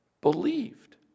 believed